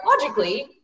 logically